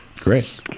Great